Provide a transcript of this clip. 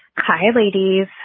hi, ladies.